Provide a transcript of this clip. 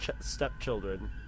Stepchildren